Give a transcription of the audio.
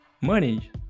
money